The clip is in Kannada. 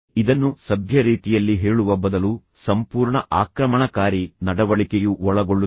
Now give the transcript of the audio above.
ಇದನ್ನು ಸಭ್ಯ ರೀತಿಯಲ್ಲಿ ಹೇಳುವ ಬದಲು ಸಂಪೂರ್ಣ ಆಕ್ರಮಣಕಾರಿ ನಡವಳಿಕೆಯು ಒಳಗೊಳ್ಳುತ್ತದೆ